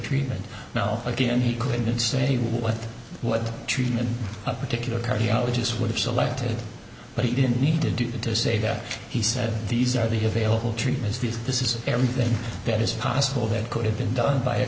treatment now again he couldn't say what what treatment a particular cardiologist would have selected but he didn't need to do to say that he said these are the available treatments these this is everything that is possible that could have been done by a